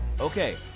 Okay